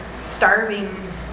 starving